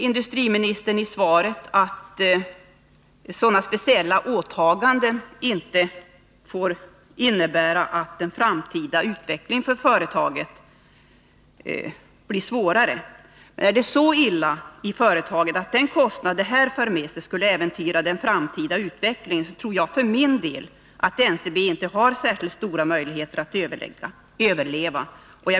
Industriministern säger i svaret att speciella åtaganden för företaget inte får innebära att den framtida utvecklingen för företaget blir svårare. Är det så illa i företaget att den kostnad som detta för med sig skulle äventyra den framtida utvecklingen, tror jag för min del att NCB inte har särskilt stora möjligheter att överleva.